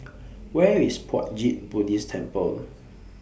Where IS Puat Jit Buddhist Temple